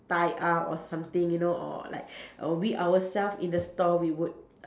tie up or something you know or like we ourself in the store we would